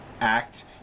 act